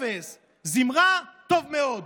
אפס, זמרה, טוב מאוד.